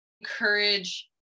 encourage